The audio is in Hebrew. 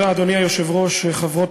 אדוני היושב-ראש, תודה, חברות